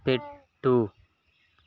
పెట్టు